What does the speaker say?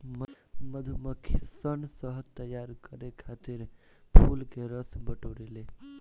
मधुमक्खी सन शहद तैयार करे खातिर फूल के रस बटोरे ले